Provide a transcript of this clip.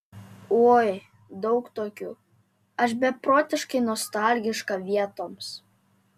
oi daug tokių aš beprotiškai nostalgiška vietoms